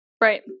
Right